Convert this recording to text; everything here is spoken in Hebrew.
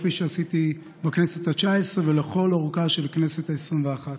כפי שעשיתי בכנסת התשע-עשרה ולכל אורכה של הכנסת העשרים-ואחת.